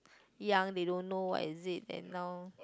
young they don't know what is it then now